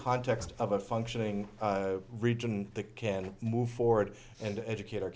context of a functioning region that can move forward and educate our